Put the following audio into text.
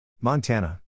Montana